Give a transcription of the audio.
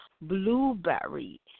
Blueberry